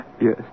Yes